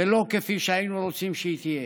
ולא כפי שהיינו רוצים שהיא תהיה.